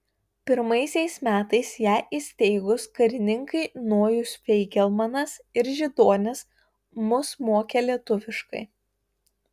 pirmaisiais metais ją įsteigus karininkai nojus feigelmanas ir židonis mus mokė lietuviškai